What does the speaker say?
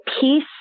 peace